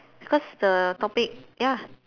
because the topic ya